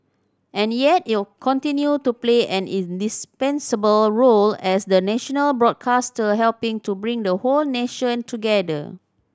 and yet it'll continue to play an indispensable role as the national broadcaster helping to bring the whole nation together